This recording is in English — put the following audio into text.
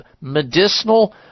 medicinal